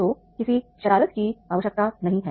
तो किसी शरारत की आवश्यकता नहीं है